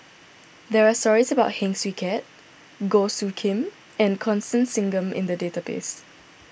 there are stories about Heng Swee Keat Goh Soo Khim and Constance Singam in the database